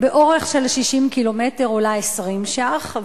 באורך של 60 קילומטר עולה 20 שקלים,